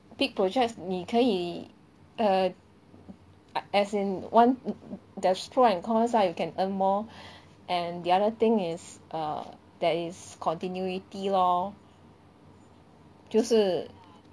big projects 你可以 err I as in [one] there is pro and cons ah you can earn more and the other thing is err there is continuity lor 就是